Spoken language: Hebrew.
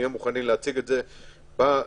נהיה מוכנים להציג את זה השבוע בקבינט,